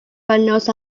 granules